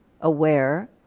aware